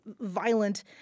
violent